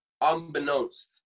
unbeknownst